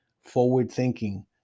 forward-thinking